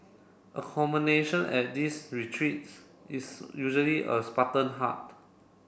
accommodation at these retreats is usually a spartan hut